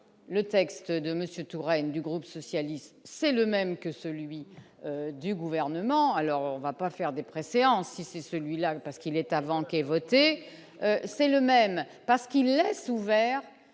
le texte de Monsieur Touraine du groupe socialiste, c'est le même que celui du gouvernement, alors on va pas faire des préséances ici celui-là parce qu'il est, avant qu'est voté, c'est le même pas ce qu'il laisse ouvert